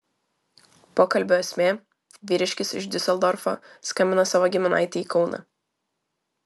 pokalbio esmė vyriškis iš diuseldorfo skambino savo giminaitei į kauną